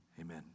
Amen